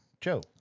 joe